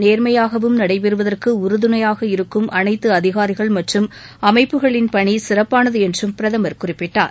நேர்மையாகவும் நடைபெறுவதற்கு உறுதுணையாக இருக்கும் அனைத்து அதிகாரிகள் மற்றும் அமைப்புகளின் பணி சிறப்பானது என்றும் பிரதமர் குறிப்பிட்டார்